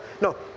no